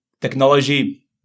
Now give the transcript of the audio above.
technology